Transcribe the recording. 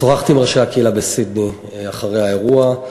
שוחחתי עם ראשי הקהילה בסידני אחרי האירוע.